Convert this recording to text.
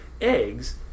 eggs